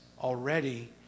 already